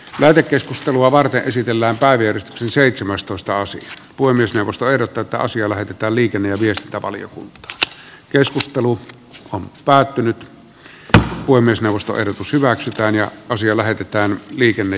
lähetekeskustelua varten esitellään päiviä seitsemästoista asia voi myös hevosta irtotaasia lähetetään liikenne ja viestintävaliokunta keskustelua on päätynyt voi myös nousta ehdotus ehdottaa että asia lähetetään liikenne